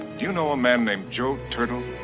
do you know a man named joe turtle?